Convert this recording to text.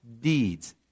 deeds